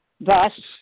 Thus